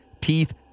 teeth